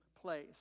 place